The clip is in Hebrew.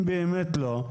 אם באמת לא,